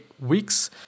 weeks